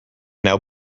now